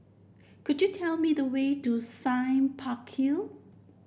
could you tell me the way to Sime Park Hill